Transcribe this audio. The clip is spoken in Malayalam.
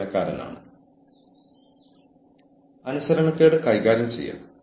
നിങ്ങളുടെ പ്രാരംഭ പരാമർശങ്ങളിൽ ചർച്ചയ്ക്കുള്ള വ്യക്തമായ ലക്ഷ്യങ്ങളുടെ രൂപരേഖ തയ്യാറാക്കുക